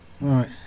Right